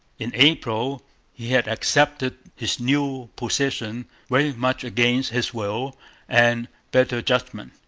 in april he had accepted his new position very much against his will and better judgment.